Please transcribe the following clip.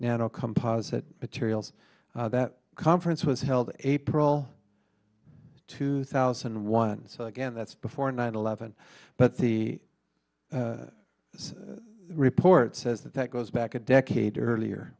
nano composite materials that conference was held april two thousand once again that's before nine eleven but the same report says that that goes back a decade earlier